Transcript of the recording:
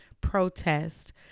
protest